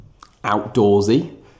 Outdoorsy